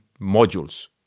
modules